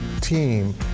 team